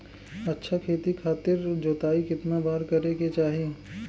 अच्छा खेती खातिर जोताई कितना बार करे के चाही?